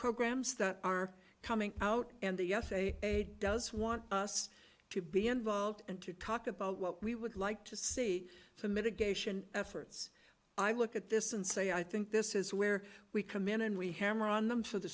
programs that are coming out and the usa does want us to be involved and to talk about what we would like to see from mitigation efforts i look at this and say i think this is where we come in and we hammer on them for the